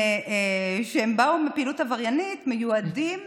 שבאו מפעילות עבריינית, מיועדים